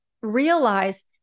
realize